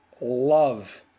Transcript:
love